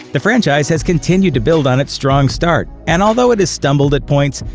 the franchise has continued to build on its strong start, and although it has stumbled at points,